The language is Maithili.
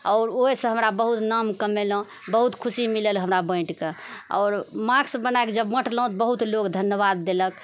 आओर ओहिसँ हम बहुत नाम कमेलहुँ बहुत खुशी मिलल हमरा बाँटिके आओर मास्क बनाइके जब बँटलहुँ बहुत लोक धन्यवाद देलक